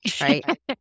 right